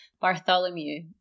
Bartholomew